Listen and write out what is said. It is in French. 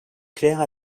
claire